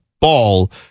ball